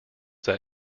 that